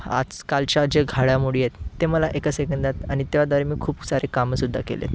आजकालच्या जे घडामोडी आहेत ते मला एका सेकंदात आणि त्याद्वारे मी खूप सारे कामंसुद्धा केली आहेत